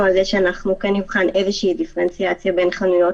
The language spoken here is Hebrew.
על כך שכן תהיה איזושהי דיפרנציאציה בין חנויות